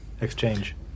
exchange